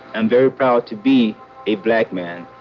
and very proud to be a black man,